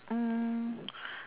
um